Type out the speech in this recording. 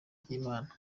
by’imana